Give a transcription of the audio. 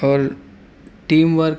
اور team work